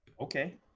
Okay